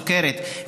הסוכרת,